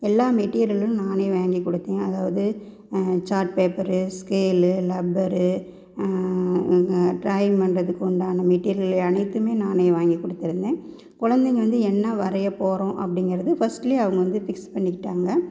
எல்லா மெட்டீரியலும் நானே வாங்கி கொடுத்தேன் அதாவது chart paper scale rubber drawing பண்ணுறதுக்கு உண்டான மெட்டீரியல் அனைத்துமே நானே வாங்கி கொடுத்திருந்தேன் குழந்தைங்கள் வந்து என்ன வரைய போகிறோம் அப்படிங்கிறது ஃபஸ்ட்டிலே அவங்க வந்து ஃபிக்ஸ் பண்ணிக்கிட்டாங்க